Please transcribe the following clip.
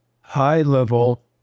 high-level